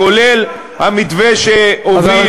כולל המתווה שהוביל,